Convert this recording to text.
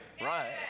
Right